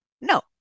no